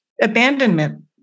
abandonment